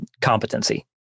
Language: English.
competency